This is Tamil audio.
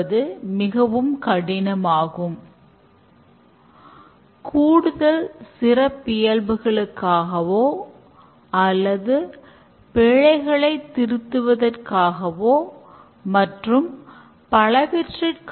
இப்போது அடுத்த கேள்வியானது ஏன் எiஐல் மாடல் மிகவும் பிரபலமாக உள்ளது